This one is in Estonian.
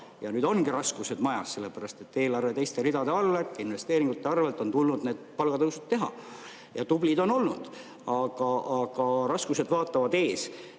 ja nüüd ongi raskused majas, sellepärast et eelarve teiste ridade arvelt, investeeringute arvelt on tulnud need palgatõusud teha. Tublid on olnud, aga raskused ootavad ees. Kui